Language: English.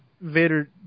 Vader